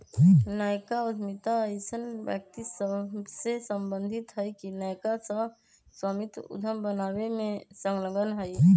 नयका उद्यमिता अइसन्न व्यक्ति सभसे सम्बंधित हइ के नयका सह स्वामित्व उद्यम बनाबे में संलग्न हइ